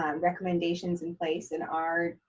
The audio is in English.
um recommendations in place in our,